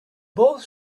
both